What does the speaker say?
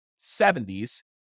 70s